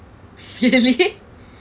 really